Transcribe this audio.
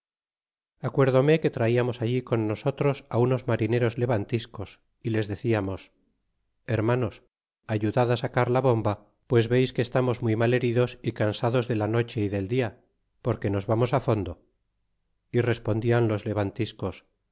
anegasemos acuerdome que traiamos allí con nosotros unos marineros levantiscos y les deciamos hermanos ayudad á sacar la bomba pues veis que estamos muy mal heridos y cansados de la noche y del dia porque nos vamos fondo y respondian los